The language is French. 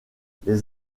les